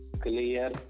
Clear